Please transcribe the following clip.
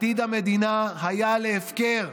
עתיד המדינה היה להפקר.